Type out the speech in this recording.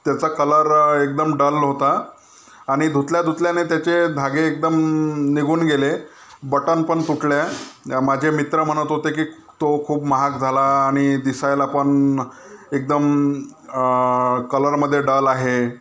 त्याचा कलर एकदम डल होता आणि धुतल्या धुतल्याने त्याचे धागे एकदम निघून गेले बटन पण तुटल्या माझे मित्र म्हणत होते की तो खूप महाग झाला आणि दिसायला पण एकदम कलरमध्ये डल आहे